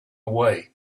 away